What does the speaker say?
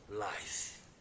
life